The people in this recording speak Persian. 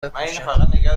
بپوشم